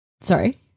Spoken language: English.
Sorry